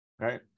Right